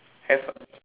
have ah